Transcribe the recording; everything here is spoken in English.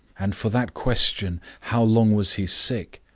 and for that question, how long was he sick?